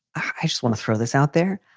i just want to throw this out there.